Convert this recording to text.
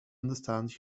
understand